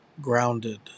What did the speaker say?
grounded